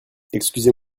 excusez